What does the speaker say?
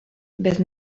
bez